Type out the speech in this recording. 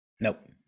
Nope